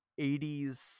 80s